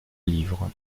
livre